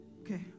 Okay